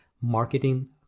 marketing